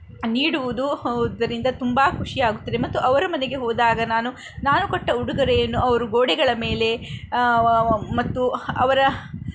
ನೀಡುವುದು ಇದರಿಂದ ತುಂಬಾ ಖುಷಿಯಾಗುತ್ತದೆ ಮತ್ತು ಅವರ ಮನೆಗೆ ಹೋದಾಗ ನಾನು ನಾನು ಕೊಟ್ಟ ಉಡುಗೊರೆಯನ್ನು ಅವರು ಗೋಡೆಗಳ ಮೇಲೆ ಮತ್ತು ಅವರ